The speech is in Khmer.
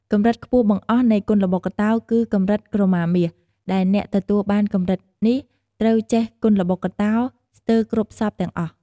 កម្រិតខ្ពស់បង្អស់់នៃគុនល្បុក្កតោ គឺកម្រិតក្រមាមាស ដែលអ្នកទទួលបានកម្រិតនេះត្រូវចេះគុនល្បុក្កតោស្ទើរគ្រប់សព្វទាំងអស់។